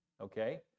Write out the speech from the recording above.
Okay